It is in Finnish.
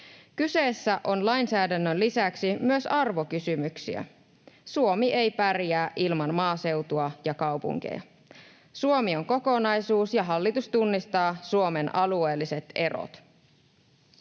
Kyseessä ovat lainsäädännön lisäksi myös arvokysymykset. Suomi ei pärjää ilman maaseutua ja kaupunkeja. Suomi on kokonaisuus, ja hallitus tunnistaa Suomen alueelliset erot.